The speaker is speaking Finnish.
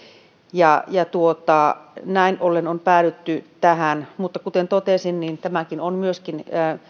ja näin ollen on päädytty tähän mutta kuten totesin tässä on myöskin